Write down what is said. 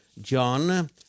John